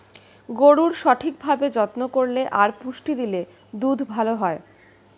গরুর সঠিক ভাবে যত্ন করলে আর পুষ্টি দিলে দুধ ভালো হয়